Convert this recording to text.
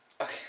Okay